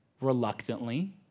reluctantly